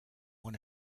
one